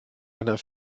einer